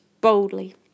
boldly